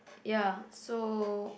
ya so